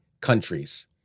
countries